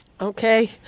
Okay